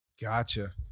gotcha